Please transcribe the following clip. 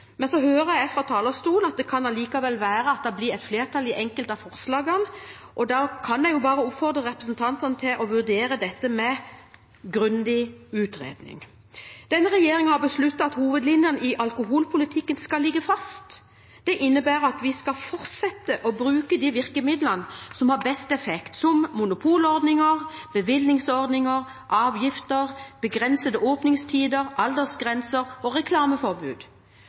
jeg hører fra talerstolen at det likevel kan bli flertall for enkelte av forslagene, og da kan jeg bare oppfordre representantene til å vurdere en grundig utredning. Denne regjeringen har besluttet at hovedlinjene i alkoholpolitikken skal ligge fast. Det innebærer at vi skal fortsette å bruke de virkemidlene som har best effekt, som monopolordninger, bevillingsordninger, avgifter, begrensede åpningstider, aldersgrenser og reklameforbud.